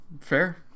Fair